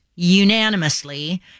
unanimously